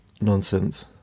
nonsense